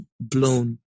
blown